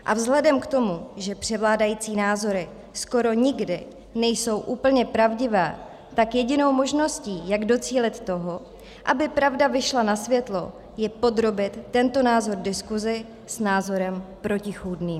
A vzhledem k tomu, že převládající názory skoro nikdy nejsou úplně pravdivé, tak jedinou možností, jak docílit toho, aby pravda vyšla na světlo, je podrobit tento názor diskusi s názorem protichůdným.